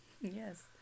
Yes